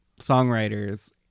songwriters